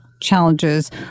Challenges